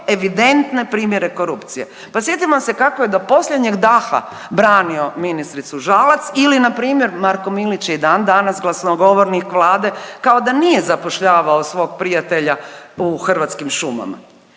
evidentne primjere korupcije. Pa sjetimo se kako je do posljednjeg daha branio ministricu Žalac ili npr. Marko Milić je i dan danas glasnogovornik Vlade kao da nije zapošljavao svog prijatelja u Hrvatskim šumama.